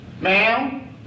Ma'am